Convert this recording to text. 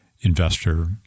investor